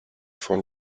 von